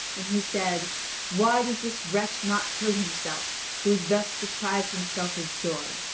and he said why does this wretch not kill himself who has thus deprived himself of joy?